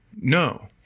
No